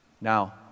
Now